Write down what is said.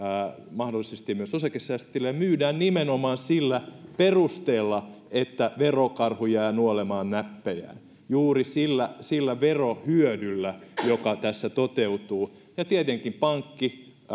mahdollisesti myös osakesäästötilejä myydään nimenomaan sillä perusteella että verokarhu jää nuoleman näppejään juuri sillä sillä verohyödyllä joka tässä toteutuu ja tietenkin pankki